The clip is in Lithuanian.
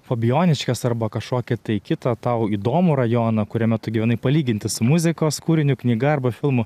fabijoniškes arba kažkokį tai kitą tau įdomų rajoną kuriame tu gyvenai palyginti su muzikos kūriniu knyga arba filmu